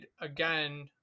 again